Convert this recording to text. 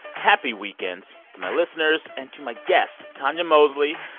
happy weekend to my listeners and to my guests, tonya mosley,